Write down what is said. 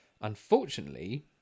Unfortunately